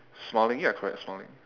smiling ya correct smiling